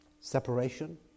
Separation